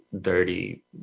dirty